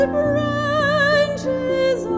branches